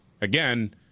Again